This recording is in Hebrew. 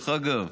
דרך אגב,